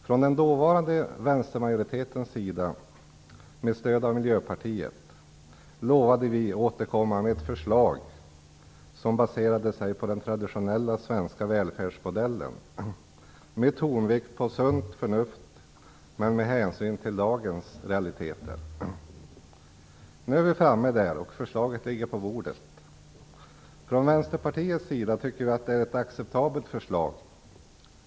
Från den dåvarande vänstermajoritetens sida, med stöd av Miljöpartiet, lovade vi att återkomma med ett förslag baserat på den traditionella svenska välfärdsmodellen med tonvikt på sunt förnuft men med hänsyn tagen till dagens realiteter. Nu är vi där. Förslaget ligger på bordet. Vi i Vänsterpartiet tycker att det är ett acceptabelt förslag.